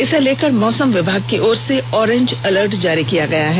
इसे लेकर मौसम विभाग की ओर से ऑरेंज अलर्ट जारी किया गया है